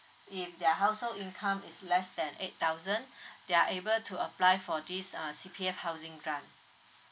if their household income is less than eight thousand they're able to apply for this uh C_P_F housing grant